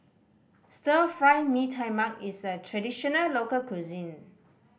Stir Fry Mee Tai Mak is a traditional local cuisine